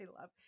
love